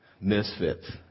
misfits